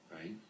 right